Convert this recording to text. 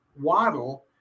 Waddle